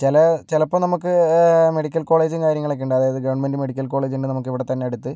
ചില ചിലപ്പോൾ നമുക്ക് മെഡിക്കൽ കോളേജ് കാര്യങ്ങളൊക്കെ ഉണ്ട് അതായത് ഗവൺമെൻറ് മെഡിക്കൽ കോളേജ് ഉണ്ട് നമുക്ക് ഇവിടെ തന്നെ അടുത്ത്